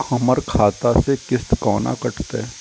हमर खाता से किस्त कोना कटतै?